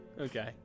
Okay